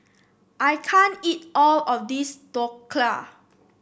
I can't eat all of this Dhokla